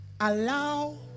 allow